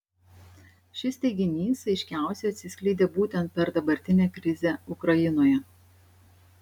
šis teiginys aiškiausiai atsiskleidė būtent per dabartinę krizę ukrainoje